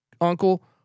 uncle